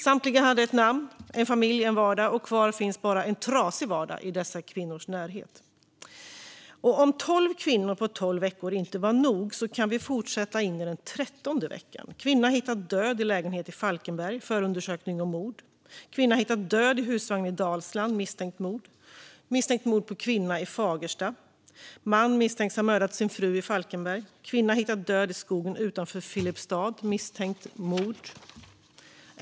Samtliga hade ett namn, en familj och en vardag, och kvar finns bara en trasig vardag i dessa kvinnors närhet. Och om tolv kvinnor på tolv veckor inte var nog kan vi fortsätta in i den trettonde veckan: Kvinna hittat död i lägenhet i Falkenberg - förundersökning om mord. Kvinna hittat död i husvagn i Dalsland, misstänkt mord. Misstänkt mord på kvinna i Fagersta. Man misstänks ha mördat sin fru i Falkenberg. Kvinna hittat död i skogen utanför Filipstad, misstänkt mord.